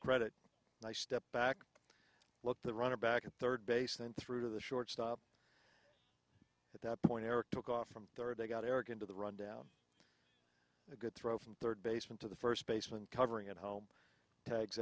credit i step back look the runner back at third base then through to the shortstop at that point eric took off from there and i got eric into the run down a good throw from third baseman to the first baseman covering at home tags